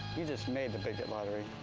you just made the bigot lottery.